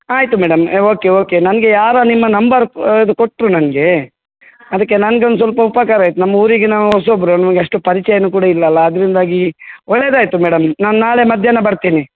ಆಯಿತು madam okay okay ನನಗೆ ಯಾರು ನಿಮ್ಮ ನಂಬರ್ ಇದು ಕೊಟ್ಟರು ನನಗೆ ಅದಕ್ಕೆ ನಂಗೊಂದು ಸ್ವಲ್ಪ ಉಪಕಾರ ಆಯ್ತು ನಮ್ಮ ಊರಿಗೆ ನಾವು ಹೊಸಬರು ನಮಗೆ ಅಷ್ಟು ಪರಿಚಯನೂ ಕೂಡ ಇಲ್ಲಲ್ಲ ಅದರಿಂದಾಗಿ ಒಳ್ಳೆಯದಾಯ್ತು ಮೇಡಮ್ ನಾನು ನಾಳೆ ಮಧ್ಯಾಹ್ನ ಬರ್ತೇನೆ